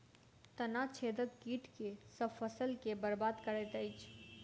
तना छेदक कीट केँ सँ फसल केँ बरबाद करैत अछि?